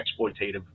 exploitative